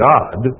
God